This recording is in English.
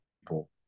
people